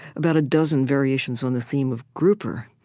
about a dozen variations on the theme of grouper.